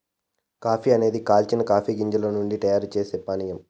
coffee అనేది కాల్చిన coffee గింజల నుండి తయారు చేసే పానీయం